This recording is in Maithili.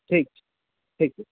ठीक छै ठीक छै